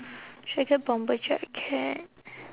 should I get bomber jacket